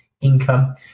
income